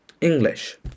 English